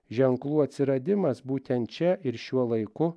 ženklų atsiradimas būtent čia ir šiuo laiku